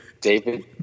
David